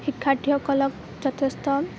শিক্ষাৰ্থী সকলক যথেষ্ট